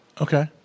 Okay